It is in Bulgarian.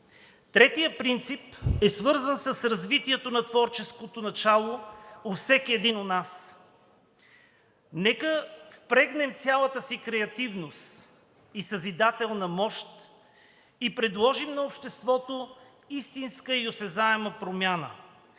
Третият принцип е свързан с развитието на творческото начало у всеки един от нас. Нека впрегнем цялата си креативност и съзидателна мощ и предложим на обществото истинска и осезателна промяна,